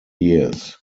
years